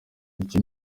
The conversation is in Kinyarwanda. iki